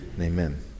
amen